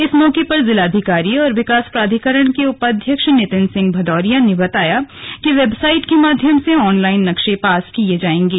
इस मौके पर जिलाधिकारी और विकास प्राधिकरण के उपाध्यक्ष नितिन सिंह भदौरिया ने बताया कि वेबसाइट के माध्यम से आनलाइन नक्शे पास किए जायेंगे